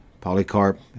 polycarp